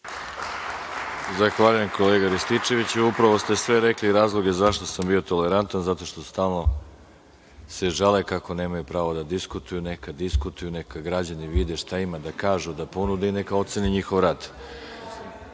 Zahvaljujem, kolega Rističeviću. Upravo ste sve rekli razloge zašto sam bio tolerantan, zato što se stalno žale kako nemaju pravo da diskutuju. Neka diskutuju, neka građani vide šta imaju da kažu, da ponude i neka ocene njihov rad. Po